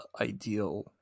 ideal